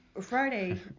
Friday